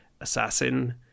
assassin